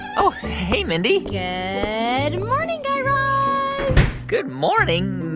oh, hey, mindy yeah good morning, guy raz good morning?